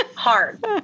Hard